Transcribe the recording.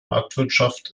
marktwirtschaft